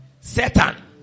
Satan